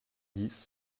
dix